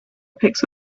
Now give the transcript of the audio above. picked